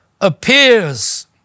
appears